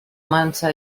mansa